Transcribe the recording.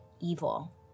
evil